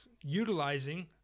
utilizing